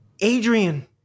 Adrian